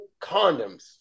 condoms